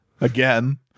Again